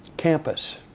campus,